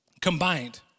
combined